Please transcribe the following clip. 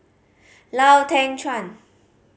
Lau Teng Chuan